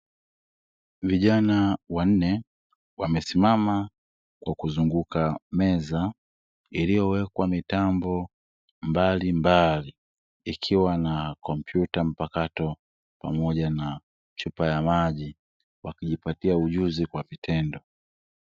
Vijana wa nne, wamesimama kwa kuzunguka meza iliyowekwa mitambo mbalimbali. Ikiwa na komputa mpakato pamoja na chupa ya maji wakijipatia ujuzi kwa vitendo.